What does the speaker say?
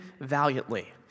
valiantly